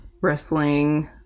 wrestling